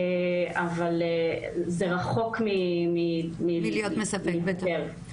זה רחוק מלהיפתר.